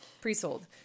Pre-sold